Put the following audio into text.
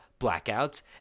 blackouts